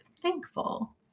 Thankful